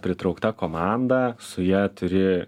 pritraukta komanda su ja turi